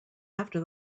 after